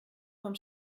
vom